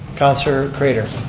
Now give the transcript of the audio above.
councilor craitor.